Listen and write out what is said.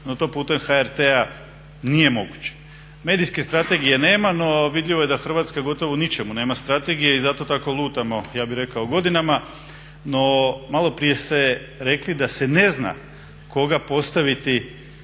No to putem HRT-a nije moguće. Medijske strategije nema no vidljivo je da Hrvatska gotovo u ničemu nema strategije i zato tako lutamo ja bih rekao godinama. No, maloprije ste rekli da se ne zna koga postaviti